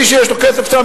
מי שיש לו כסף שם,